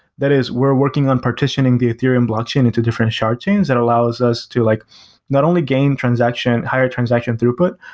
that is we're working on partitioning the ethereum blockchain into different shards chains that allows us to like not only gain transaction, higher transaction throughput,